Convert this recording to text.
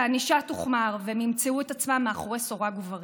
שהענישה תוחמר והם ימצאו את עצמם מאחורי סורג ובריח,